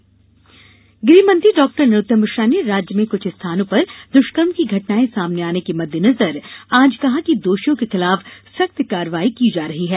दृष्कर्म कार्रवाई गृह मंत्री नरोत्तम मिश्रा ने राज्य में कुछ स्थानों पर द्वष्कर्म की घटनाएं सामने आने के मद्देनजर आज कहा कि दोषियों के खिलाफ सख्त कार्रवाई की जा रही है